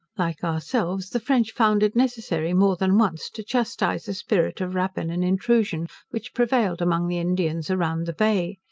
like ourselves, the french found it necessary, more than once, to chastise a spirit of rapine and intrusion which prevailed among the indians around the bay.